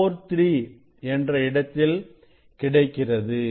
43 என்ற இடத்தில் கிடைக்கிறது